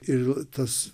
ir tas